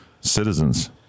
citizens